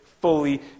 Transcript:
fully